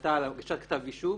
החלטה להגשת כתב אישום.